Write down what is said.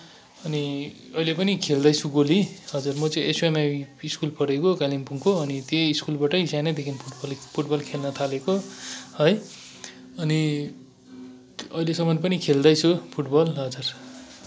अनि अहिले पनि खेल्दैछु गोली हजुर म चाहिँ एसयुएमआई स्कुल पढे्को कालिम्पोङको अनि त्यही स्कुलदेखि सानैदेखि फुटबल खेल्न थालेको है अनि अहिलेसम्म पनि खेल्दैछु फुटबल हजुर